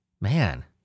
Man